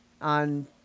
on